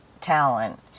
talent